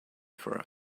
for